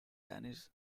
danish